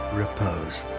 repose